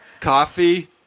coffee